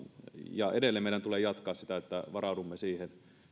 ja edelleen meidän tulee jatkaa sitä että varaudumme siihen